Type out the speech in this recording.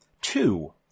Two